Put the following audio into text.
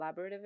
collaborative